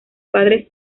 padres